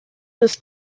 this